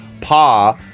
Pa